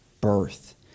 birth